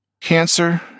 Cancer